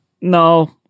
No